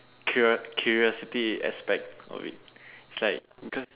curious~ curiosity aspect of it it's like because